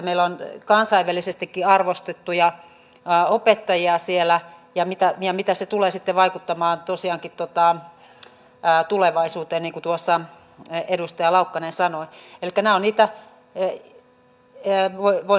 tässä on koska olen työ ja tasa arvovaliokunnan varajäsen ja istunut ahkerasti siellä kokouksissa ollut mahdollisuus tavata molemmin puolin pöytää näitä edunajajia niin ekn puolelta kuin työntekijäpuolelta